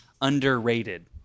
underrated